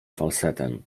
falsetem